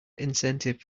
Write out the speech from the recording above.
incentive